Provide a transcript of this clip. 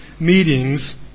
meetings